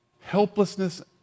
helplessness